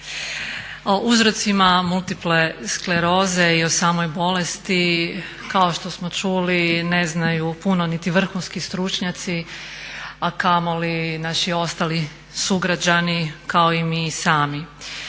O uzrocima multiple skleroze i o samoj bolesti kao što smo čuli ne znaju puno niti vrhunski stručnjaci, a kamoli naši ostali sugrađani kao i mi sami.